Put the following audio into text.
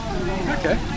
Okay